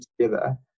together